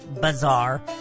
Bizarre